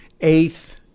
eighth